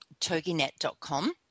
toginet.com